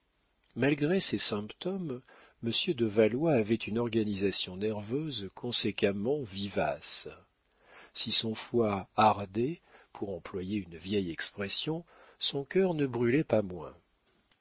malgré ces symptômes monsieur de valois avait une organisation nerveuse conséquemment vivace si son foie ardait pour employer une vieille expression son cœur ne brûlait pas moins